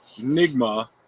Nigma